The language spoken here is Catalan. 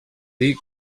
dir